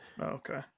Okay